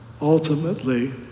Ultimately